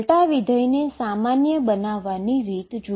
હવે અહીં A સ્થાયી થયેલ છે